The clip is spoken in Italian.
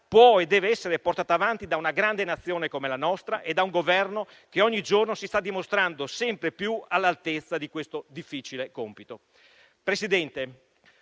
può e deve essere portata avanti da una grande Nazione come la nostra e da un Governo che ogni giorno si sta dimostrando sempre più all'altezza di questo difficile compito. Signor Presidente,